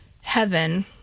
heaven